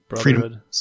Freedom